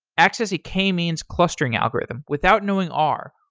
access a k-means clustering algorithm without knowing r,